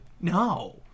No